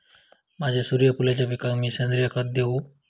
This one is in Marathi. माझ्या सूर्यफुलाच्या पिकाक मी सेंद्रिय खत देवू?